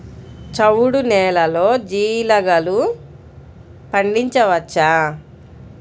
చవుడు నేలలో జీలగలు పండించవచ్చా?